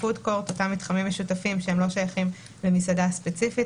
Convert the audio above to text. אותם מתחמים משותפים שהם לא שייכים למסעדה ספציפית,